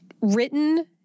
written